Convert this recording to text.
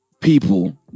people